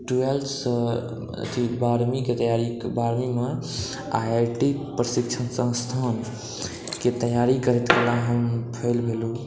twelve सँ अथी बारहवीं कऽ तैआरी बारहवींमे आइ आइ टी प्रशिक्षण संस्थानके तैआरी करैत काल हम फैल भेलहुॅं